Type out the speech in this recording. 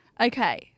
Okay